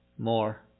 more